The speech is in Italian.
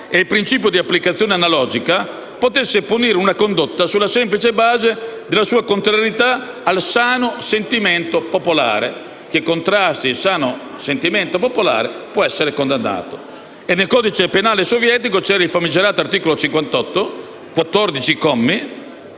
e il principio di applicazione analogica, potesse punire una condotta sulla semplice base della sua contrarietà al sano sentimento popolare: chi contrasti il sano sentimento popolare può essere condannato. Nel codice penale sovietico poi, c'era il famigerato articolo 58, con 14 commi